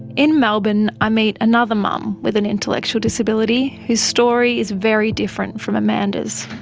in melbourne i meet another mum with an intellectual disability whose story is very different from amanda's.